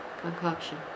concoction